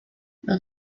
los